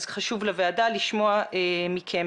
אז חשוב לוועדה לשמוע מכם.